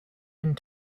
and